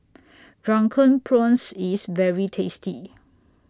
Drunken Prawns IS very tasty